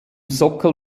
sockel